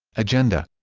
agenda